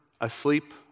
asleep